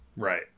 Right